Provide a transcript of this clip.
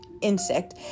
insect